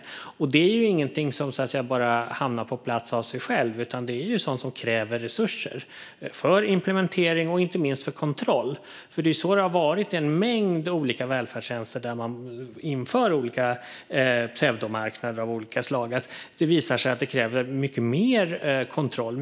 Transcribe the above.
Detta är ingenting som hamnar på plats av sig självt, utan det är något som kräver resurser för implementering - och inte minst för kontroll. I en mängd olika välfärdstjänster där man har infört pseudomarknader har det nämligen visat sig krävas mycket kontroll.